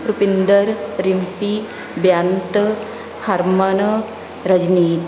Rupinder Rimpy Beant Harman Rajneet